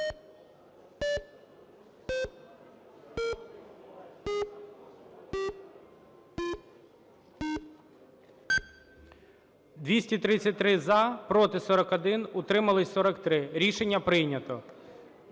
233 – за, проти – 41, утримались – 43. Рішення прийнято.